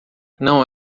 não